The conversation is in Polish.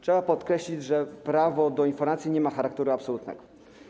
Trzeba podkreślić, że prawo do informacji nie ma charakteru absolutnego.